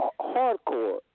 hardcore